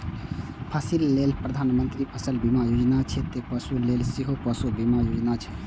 फसिल लेल प्रधानमंत्री फसल बीमा योजना छै, ते पशु लेल सेहो पशु बीमा योजना छै